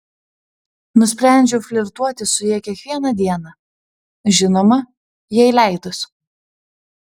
nusprendžiau flirtuoti su ja kiekvieną dieną žinoma jai leidus